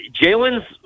Jalen's